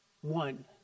one